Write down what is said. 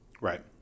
Right